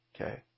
okay